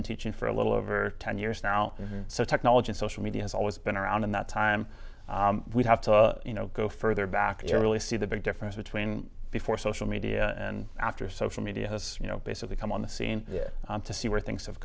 been teaching for a little over ten years now so technology social media has always been around in that time we have to you know go further back you really see the big difference between before social media and after social media has you know basically come on the scene to see where things have